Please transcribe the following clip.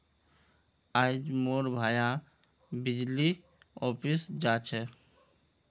आइज मोर भाया बिजली ऑफिस जा छ